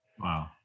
Wow